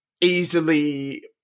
easily